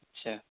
اچھا